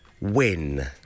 win